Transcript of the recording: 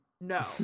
No